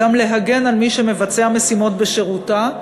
גם להגן על מי שמבצע משימות בשירותה,